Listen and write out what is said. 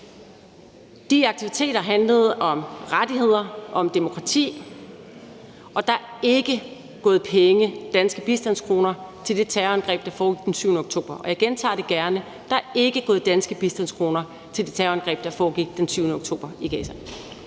De aktiviteter handlede om rettigheder og om demokrati, og der er ikke gået penge, danske bistandskroner, til det terrorangreb, der foregik den 7. oktober. Og jeg gentager det gerne: Der er ikke gået danske bistandskroner til det terrorangreb, der foregik den 7. oktober. Kl.